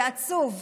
זה עצוב,